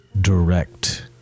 Direct